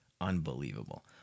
Unbelievable